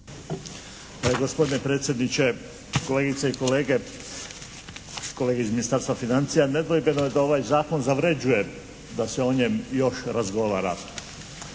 Gospodine predsjedniče, kolegice i kolege, kolege iz Ministarstva financija. Nedvojbeno je da ovaj zakon zavređuje da se o njemu još razgovara.